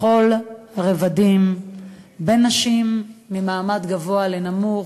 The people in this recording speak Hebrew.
בכל הרבדים, כלפי נשים ממעמד גבוה ונמוך,